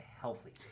healthy